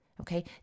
Okay